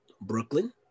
Brooklyn